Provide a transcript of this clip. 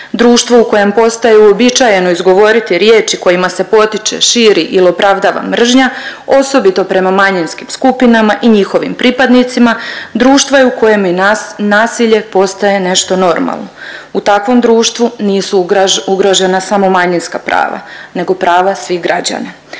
Društvo u kojem postaje uobičajeno izgovoriti riječi kojima se potiče, širi ili opravdava mržnja osobito prema manjinskim skupinama i njihovim pripadnicima društvo je u kojem i nasilje postaje nešto normalno. U takvom društvu nisu ugrožena samo manjinska prava nego prava svih građana.